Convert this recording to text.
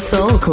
Soul